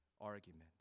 argument